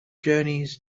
journeys